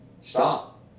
stop